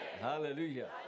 Hallelujah